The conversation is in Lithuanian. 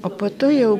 o po to jau